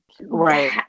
right